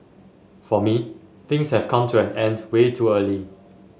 for me things have come to an end way too early